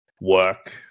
work